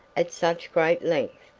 at such great length,